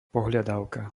pohľadávka